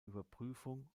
überprüfung